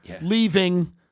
leaving